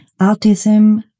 autism